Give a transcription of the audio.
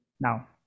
now